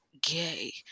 gay